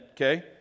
okay